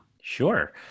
Sure